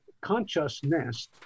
consciousness